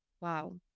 Wow